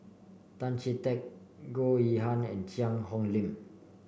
Tan Chee Teck Goh Yihan and Cheang Hong Lim